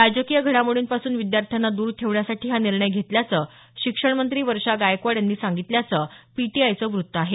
राजकीय घडामोडींपासून विद्यार्थ्यांना दूर ठेवण्यासाठी हा निर्णय घेण्यात आल्याचं शिक्षणमंत्री वर्षा गायकवाड यांनी सांगितल्याचं पीटीआयचं वृत्त आहे